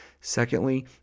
Secondly